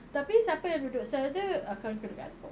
tapi siapa yang duduk cell dia akan kena gantung